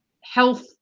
health